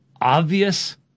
obvious